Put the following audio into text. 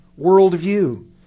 worldview